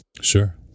sure